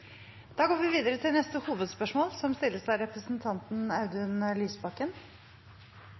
Da går vi videre til neste hovedspørsmål.